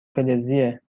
فلزیه